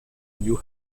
new